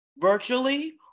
virtually